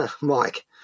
Mike